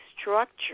structure